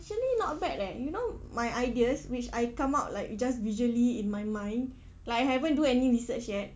actually not bad leh you know my ideas which I come out like just visually in my mind like I haven't do any research yet